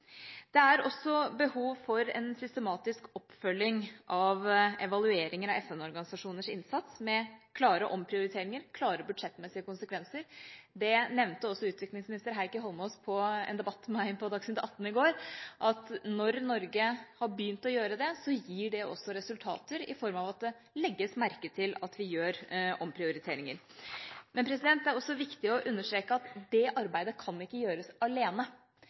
Det er også behov for en systematisk oppfølging av evalueringer av FN-organisasjoners innsats, med klare omprioriteringer og klare budsjettmessige konsekvenser. Det nevnte også utviklingsminister Heikki Eidsvoll Holmås under en debatt med meg på Dagsnytt Atten i går: at når Norge har begynt å gjøre det, gir det også resultater i form av at det legges merke til at vi gjør omprioriteringer. Men det er også viktig å understreke at det arbeidet kan vi ikke gjøre alene. Det gir veldig liten påvirkning hvis Norge alene